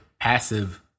passive